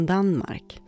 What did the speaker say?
Danmark